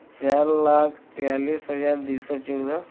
ଚାରି ଲକ୍ଷ ତେୟାଳିଶି ହଜାର ଦୁଇ ଶହ ଚଉଦ